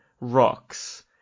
rocks